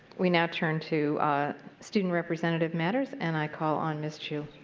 we now turn to student representative matters and i call on ms. chu.